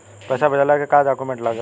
पैसा भेजला के का डॉक्यूमेंट लागेला?